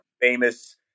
famous